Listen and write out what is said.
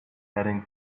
heading